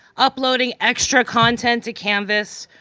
uploading extra content to canvas,